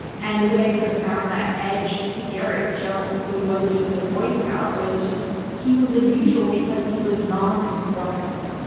and the way i sort of found that edge to gareth jones so he wasn't just a boy scout was just, he was unusual because he was nonconformist.